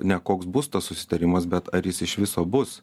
ne koks bus tas susitarimas bet ar jis iš viso bus